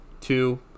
two